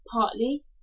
partly